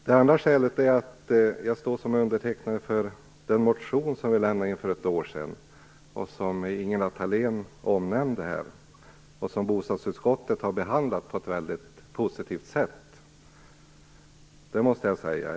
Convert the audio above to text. Det andra skälet är att jag står som undertecknad i den motion i ämnet som vi lämnade in för ett år sedan, som Ingela Thalén onmämnde här och som bostadsutskottet har behandlat på ett mycket positivt sätt. Det måste jag verkligen säga.